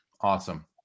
Awesome